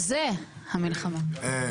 אתה רוצה שאני אמשיך?